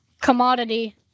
commodity